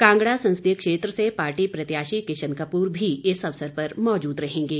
कांगड़ा संसदीय क्षेत्र से पार्टी प्रत्याशी किशन कपूर भी इस अवसर पर मौजूद रहेंगे